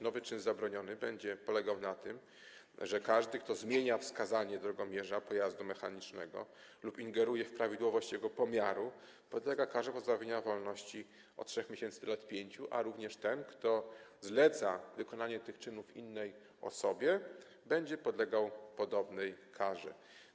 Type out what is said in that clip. Nowy czyn zabroniony będzie polegał na tym, że: każdy, kto zmienia wskazanie drogomierza pojazdu mechanicznego lub ingeruje w prawidłowość jego pomiaru, podlega karze pozbawienia wolności od 3 miesięcy do lat 5, jak również ten, kto zleca wykonanie tych czynów innej osobie, będzie podlegał podobnej karze.